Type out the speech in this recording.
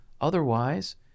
Otherwise